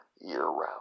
year-round